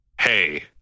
hey